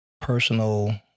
personal